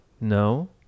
No